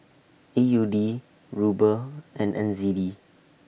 A U D Ruble and N Z D